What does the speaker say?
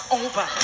over